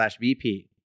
VP